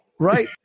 Right